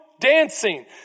dancing